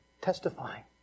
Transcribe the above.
testifying